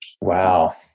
Wow